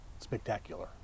spectacular